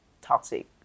toxic